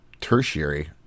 tertiary